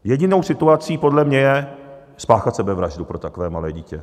Jedinou situací podle mě je spáchat sebevraždu pro takové malé dítě.